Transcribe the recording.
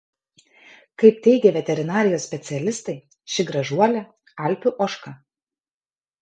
kaip teigė veterinarijos specialistai ši gražuolė alpių ožka